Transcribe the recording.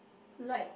like